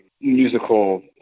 musical